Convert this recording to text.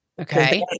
Okay